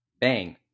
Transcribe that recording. Bang